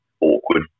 awkward